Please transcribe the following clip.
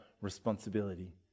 responsibility